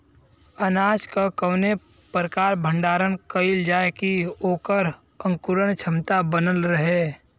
अनाज क कवने प्रकार भण्डारण कइल जाय कि वोकर अंकुरण क्षमता बनल रहे?